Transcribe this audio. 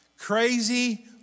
crazy